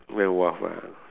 where wharf ah